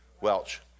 Welch